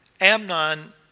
Amnon